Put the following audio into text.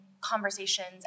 conversations